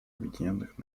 объединенных